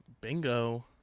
Bingo